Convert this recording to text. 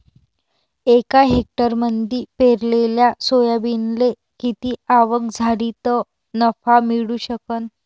एका हेक्टरमंदी पेरलेल्या सोयाबीनले किती आवक झाली तं नफा मिळू शकन?